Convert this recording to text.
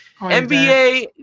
NBA